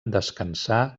descansar